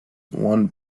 won